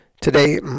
today